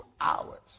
hours